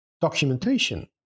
documentation